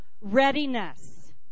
readiness